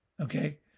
okay